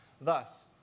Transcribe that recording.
thus